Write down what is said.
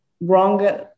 wrong